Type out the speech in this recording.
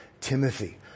Timothy